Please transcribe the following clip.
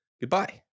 goodbye